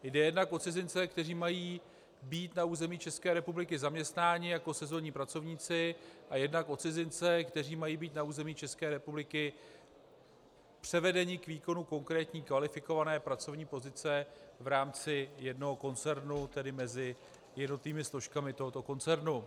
Jde jednak o cizince, kteří mají být na území České republiky zaměstnáni jako sezónní pracovníci, jednak o cizince, kteří mají být na území České republiky převedeni k výkonu konkrétní kvalifikované pracovní pozice v rámci jednoho koncernu, tedy mezi jednotlivými složkami tohoto koncernu.